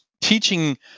teaching